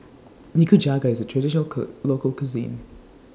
Nikujaga IS A Traditional Could Local Cuisine